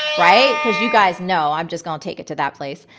right? cause you guys know i'm just going to take it to that place.